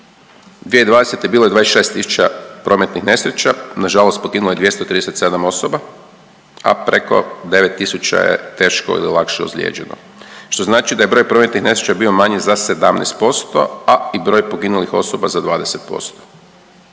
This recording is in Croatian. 2020. bilo je 26.000 prometnih nesreća, nažalost poginulo je 237 osoba, a preko 9.000 je teško ili lakše ozlijeđeno što znači da je broj prometnih nesreća bio manji za 17%, a i broj poginulih osoba za 20%.